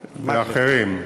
והאחרים,